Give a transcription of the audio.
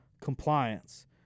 compliance